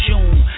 June